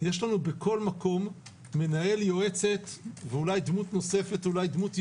יש לנו בכל מקום מנהל, יועצת ואולי דמות ייעודית